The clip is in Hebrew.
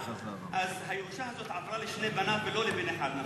אז הירושה הזאת עברה לשני בניו ולא לבן אחד,